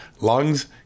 lungs